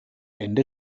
ende